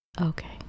okay